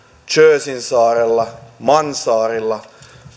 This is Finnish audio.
jerseyn saarella mansaarella